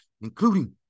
Including